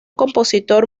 compositor